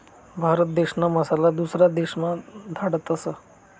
भारत देशना मसाला दुसरा देशमा धाडतस